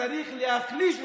שצריך להחליש אותה,